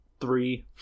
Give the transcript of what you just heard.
Three